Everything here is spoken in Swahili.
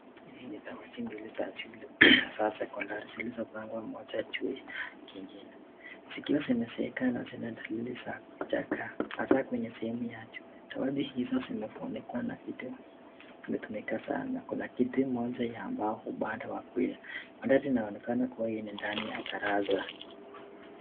Hizi ni dawati mbili za shule ya sekondari zilizopangwa moja juu ya nyingine. Zikiwa zimezeeka na zina dalili ya kuchaka. Dawati hizo zimetumika sana. Kuna kiti moja ya mbao upande wa kulia. Madhari inaonyesha ni mazingira ya darasa.